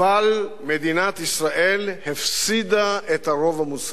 אבל מדינת ישראל הפסידה את הרוב המוסרי,